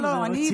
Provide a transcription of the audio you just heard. לא, לא.